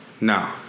No